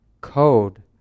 code